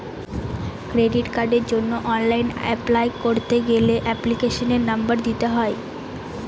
credit কার্ডের জন্য online apply করতে গেলে এপ্লিকেশনের নম্বর দিতে হয়